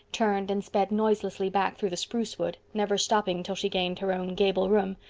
turned and sped noiselessly back through the spruce wood, never stopping till she gained her own gable room,